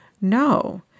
No